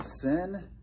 sin